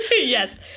Yes